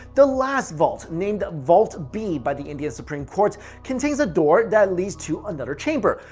the last vault, named vault b by the indian supreme court, contains a door that leads to another chamber.